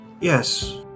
Yes